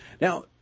Now